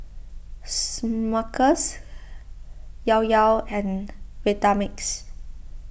Smuckers Llao Llao and Vitamix